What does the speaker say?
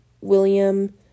William